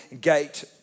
gate